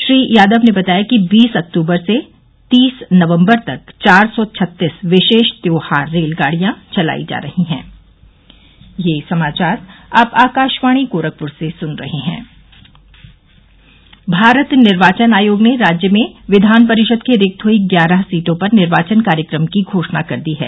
श्री यादव ने बताया कि बीस अक्तूबर से तीस नवम्बर तक चार सौ छत्तीस विशेष त्योहार रेलगाडियां चलाई जा रही हैं भारत निर्वाचन आयोग ने राज्य में विधान परिषद की रिक्त हुई ग्यारह सीटों पर निर्वाचन कार्यक्रम की घोषणा कर दी है